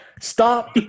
Stop